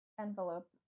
Envelope